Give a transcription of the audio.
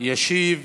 ישיב